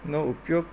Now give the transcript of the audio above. નો ઉપયોગ